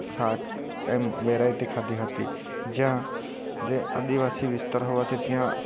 શાક એમ વેરાયટી ખાધી હતી જ્યાં તે આદિવાસી વિસ્તાર હોવાથી ત્યાં